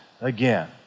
again